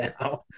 now